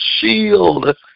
shield